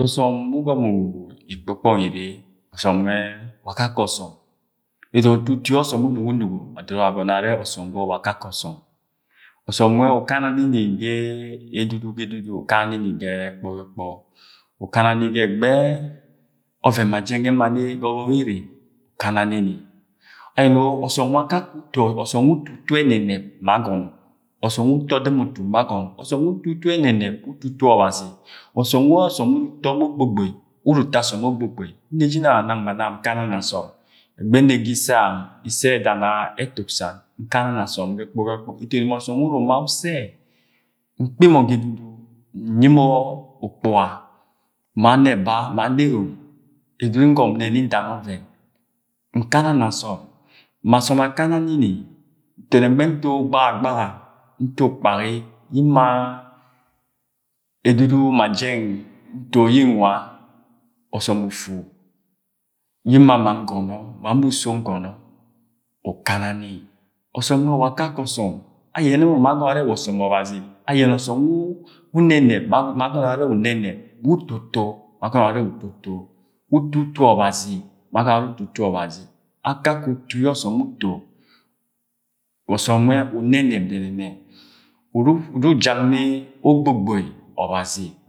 Ọsọm wu ugom ikpọkpọng ire ọsọm ngẹ wa akakẹ ọsọm ọsọm nwẹ ukana nini ga ẹdudu ga edudu ukana nini ga ẹkpọ ga ẹkpọ ukana ni ga ẹgbẹ ọvẹn ma jẹng ema ni ga ọbọk ere ukana nini, ayẹnẹ uto utu ẹnẹnẹp ma agọnọ ọsọm wa uto ọdɨm utu maagọnọ ọsọm wu uto ẹnẹnẹp wu uto utu ọbazi ọsọm wọ ọsọm ura uto mọ ogbogboi, nne jinang ma nwa nkana ni asom egbe nne ga isse ami isse yẹ edana etuk sam nkana ni asom ga ẹkpọ ga ẹkpọ etoni ma ọsọm wa uru uma ussẹ nkpi mo ga ẹdudu nyi mọ ukpuga ma anẹba ma anerom ẹdudu ngom nre nri ndana ọvẹn, nkana ni asom, ma asom akana nini eto egbe nto gbaga-gbaga nto ukpagi yi nma ẹdudu ma jẹng nto yi nwa ọsọm ufu yi nma ma ngonọ ma mo uso ngono ukana ni ọsọm ufu yi nma ma ngonọ ma mo uso ngọnọ ukana ni ọsọm nwẹ wa akake ọsọm ayene mọ ma agọnọ are wa ọsom ọbazi ayẹne ọsọm wa unenep ma agọnọ arẹ uto utu ọbazi, akake utu yẹ ọsọm uto ọsọm nre unenep dẹnẹnẹdẹnẹnẹ uru ujak ni ogbogbozi ọbazi.